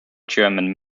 german